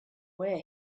where